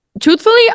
truthfully